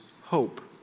hope